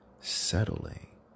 settling